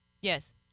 Yes